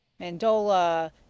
mandola